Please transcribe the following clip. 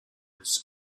its